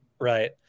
Right